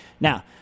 Now